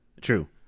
true